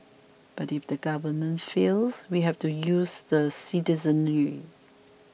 but if the government fails we have to use the citizenry